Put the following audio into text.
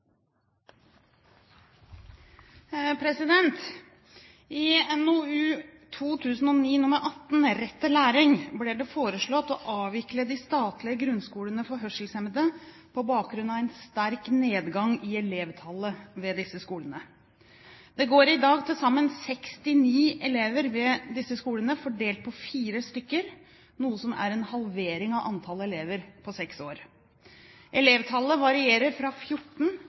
I NOU 2009:18, Rett til læring, ble det foreslått å avvikle de statlige grunnskolene for hørselshemmede på bakgrunn av en sterk nedgang i elevtallet ved disse skolene. Det går i dag til sammen 69 elever ved disse skolene, fordelt på fire skoler, noe som er en halvering av antall elever på seks år. Elevtallet varierer fra 14